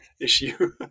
issue